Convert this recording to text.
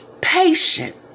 Patient